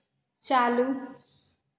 चालू